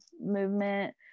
movement